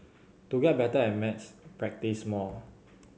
to get better at maths practise more